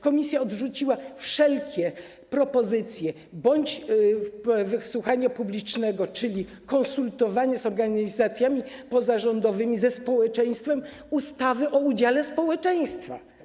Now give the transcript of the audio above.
Komisja odrzuciła wszelkie propozycje wysłuchania publicznego, czyli konsultowania z organizacjami pozarządowymi, ze społeczeństwem ustawy o udziale społeczeństwa.